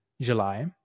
July